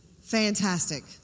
Fantastic